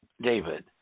David